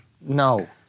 No